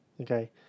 Okay